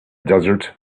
desert